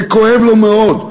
זה כואב לו מאוד.